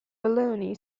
baloney